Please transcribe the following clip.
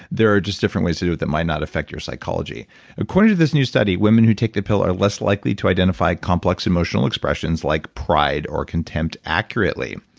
there are just different ways to do it that might not affect your psychology according to this new study, women who take the pill are less likely to identify complex emotional expressions, like pride or contempt, accurately.